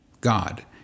God